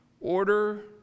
Order